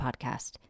podcast